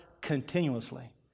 continuously